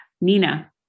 Nina